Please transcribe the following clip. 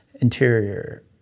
interior